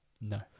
No